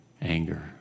anger